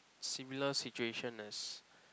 similar situation as